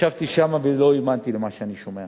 ישבתי שם ולא האמנתי למה שאני שומע.